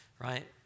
right